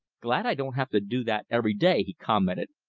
glad i don't have to do that every day! he commented,